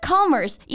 Commerce